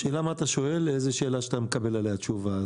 אתה שואל איזו שאלה שאתה מקבל עליה תשובה.